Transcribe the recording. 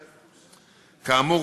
כאמור,